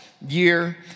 Year